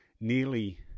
nearly